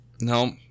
No